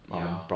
ya